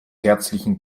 herzlichen